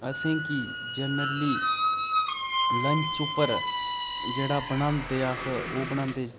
असैं गी generally lunch उप्पर जेह्ड़ा बनांदे अस ओह् बनांदे